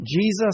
Jesus